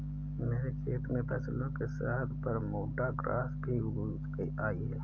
मेरे खेत में फसलों के साथ बरमूडा ग्रास भी उग आई हैं